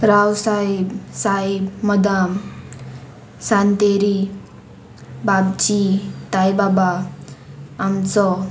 रावसाहेब साईब मदाम सांतेरी बाबची तायबाबा आमचो